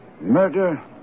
Murder